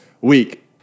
week